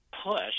push